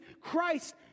Christ